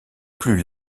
plus